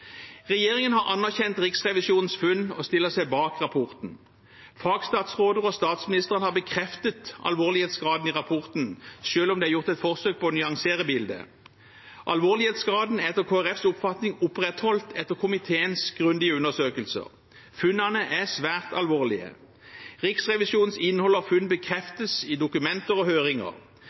Regjeringen har anerkjent Riksrevisjonens funn og stiller seg bak rapporten. Fagstatsråder og statsministeren har bekreftet alvorlighetsgraden i rapporten, selv om det er gjort forsøk på å nyansere bildet. Alvorlighetsgraden er etter Kristelig Folkepartis oppfatning opprettholdt etter komiteens grundige undersøkelser. Funnene er svært alvorlige. Riksrevisjonens innhold og funn bekreftes i dokumenter og høringer.